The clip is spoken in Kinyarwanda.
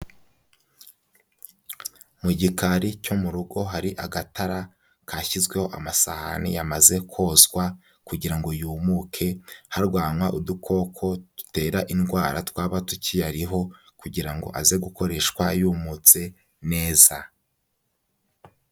Mu gikari cyo mu rugo hari agatara, kashyizweho amasahani yamaze kozwa, kugira ngo yumuke, harwanywa udukoko dutera indwara, twaba tukiyariho kugira ngo aze gukoreshwa yumutse neza.